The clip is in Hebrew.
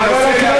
תנסה,